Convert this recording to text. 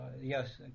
Yes